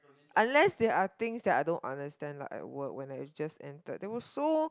unless they are things that I don't understand like at work when I just entered they were so